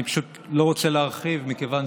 אני לא רוצה להרחיב, מכיוון